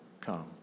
come